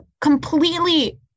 completely